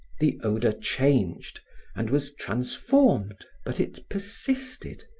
the odor changed and was transformed, but it persisted.